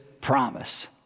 promise